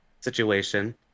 situation